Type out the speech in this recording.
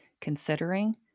considering